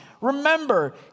Remember